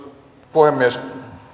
puhemies